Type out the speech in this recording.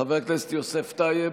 חבר הכנסת יוסף טייב,